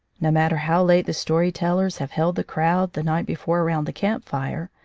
no matter how late the story-tellers have held the crowd the night before around the camp-fire,